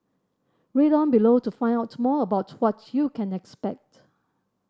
read on below to find out more about what you can expect